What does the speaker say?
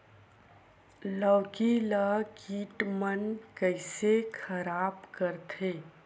लौकी ला कीट मन कइसे खराब करथे?